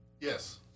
Yes